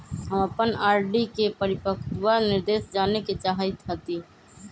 हम अपन आर.डी के परिपक्वता निर्देश जाने के चाहईत हती